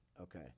okay